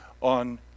on